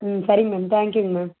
ம் சரிங்க மேம் தேங்கியூங்க மேம்